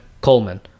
Coleman